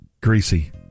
greasy